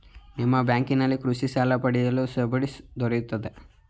ನಿಮ್ಮ ಬ್ಯಾಂಕಿನಲ್ಲಿ ಕೃಷಿ ಸಾಲ ಪಡೆಯಲು ಸಬ್ಸಿಡಿ ದೊರೆಯುತ್ತದೆಯೇ?